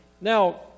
Now